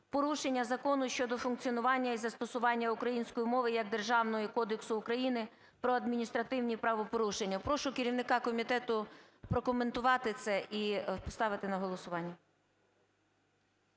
"Порушення закону щодо функціонування і застосування української мови як державної" Кодексу України про адміністративні правопорушення. Прошу керівника комітету прокоментувати це, і поставити на голосування.